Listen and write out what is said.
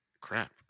Crap